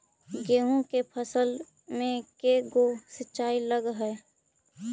गेहूं के फसल मे के गो सिंचाई लग हय?